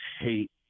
hate